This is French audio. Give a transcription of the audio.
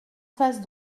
face